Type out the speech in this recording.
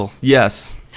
yes